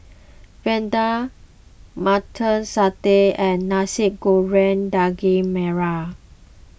Vadai Mutton Satay and Nasi Goreng Daging Merah